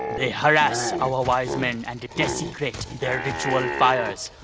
they harrass our wise men and desecrate their ritual fires.